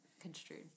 construed